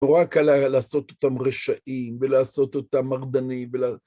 נורא קל היה לעשות אותם רשעים, ולעשות אותם מרדניים, ול...